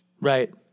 Right